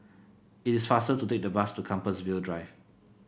it is faster to take the bus to Compassvale Drive